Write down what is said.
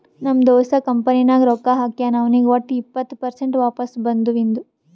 ನಮ್ ದೋಸ್ತ ಕಂಪನಿ ನಾಗ್ ರೊಕ್ಕಾ ಹಾಕ್ಯಾನ್ ಅವ್ನಿಗ್ ವಟ್ ಇಪ್ಪತ್ ಪರ್ಸೆಂಟ್ ವಾಪಸ್ ಬದುವಿಂದು